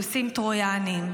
סוסים טרויאניים,